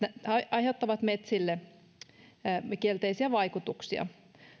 aiheuttavat metsille kielteisiä vaikutuksia